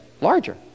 larger